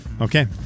okay